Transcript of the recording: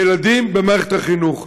בילדים במערכת החינוך.